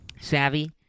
savvy